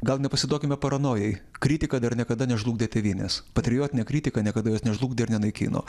gal nepasiduokime paranojai kritika dar niekada nežlugdė tėvynės patriotinė kritika niekada jos nežlugdė ir nenaikino